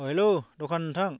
औ हेल' द'खान नोंथां